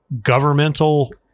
governmental